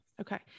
Okay